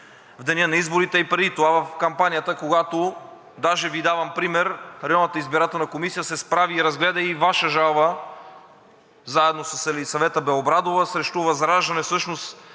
в деня на изборите, а и преди това в кампанията. Даже Ви давам пример: районната избирателна комисия се справи и разгледа и Ваша жалба, заедно с Елисавета Белобрадова, срещу ВЪЗРАЖДАНЕ, всъщност